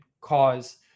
cause